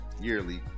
yearly